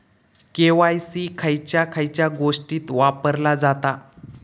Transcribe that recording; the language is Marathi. के.वाय.सी खयच्या खयच्या गोष्टीत वापरला जाता?